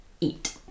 eat